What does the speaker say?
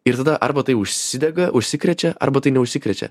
ir tada arba tai užsidega užsikrečia arba tai neužsikrečia